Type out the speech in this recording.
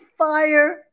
fire